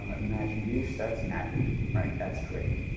ah imagined use. that's magic, right? that's great.